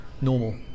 normal